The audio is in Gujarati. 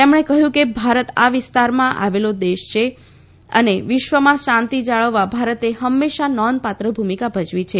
તેમણે કહ્યું કે ભારત આ વિસ્તારમાં આવતો દેશ છે અને વિશ્વમાં શાંતિ જાળવવા ભારતે હંમેશા નોંધપાત્ર ભૂમિકા ભજવી છે